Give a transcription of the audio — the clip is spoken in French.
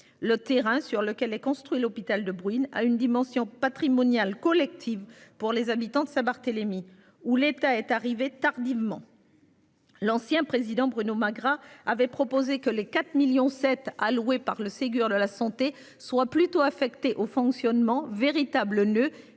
Le terrain sur lequel est construit l'hôpital De Bruyne a une dimension patrimoniale collective pour les habitants de Saint-Barthélemy, où l'État est arrivé tardivement. L'ancien président Bruno Magras avait proposé que les 4 millions 7 alloués par le Ségur de la santé soient plutôt affectés au fonctionnement véritable ne